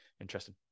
interesting